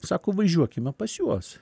sako važiuokime pas juos